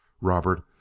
Robert